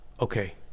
okay